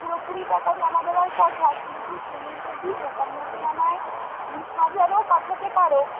পুরোপুরি টাকা জমা দেওয়ার কথা কিন্তু তুমি যদি মোটামুটি আমায় তিনহাজারও পাঠাতে পারো